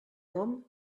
rom